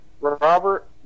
Robert